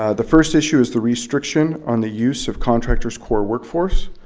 ah the first issue is the restriction on the use of contractors' core workforce.